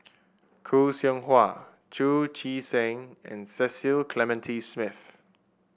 Khoo Seow Hwa Chu Chee Seng and Cecil Clementi Smith